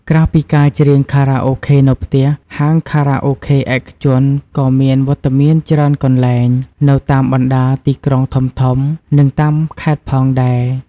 ក្រៅពីការច្រៀងខារ៉ាអូខេនៅផ្ទះ ហាងខារ៉ាអូខេឯកជនក៏មានវត្តមានច្រើនកន្លែង នៅតាមបណ្តាទីក្រុងធំៗ និងតាមខេត្តផងដែរ។